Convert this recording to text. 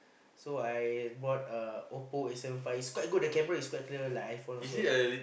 so I bought a Oppo eight seven five is quite good the camera is quite clear like iPhone also lah